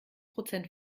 prozent